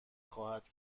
خواهد